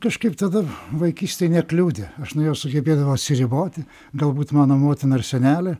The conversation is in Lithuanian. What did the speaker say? kažkaip tada vaikystėj nekliudė aš nuo jo sugebėdavau atsiriboti galbūt mano motina ir senelė